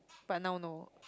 but now no